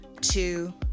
two